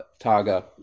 Targa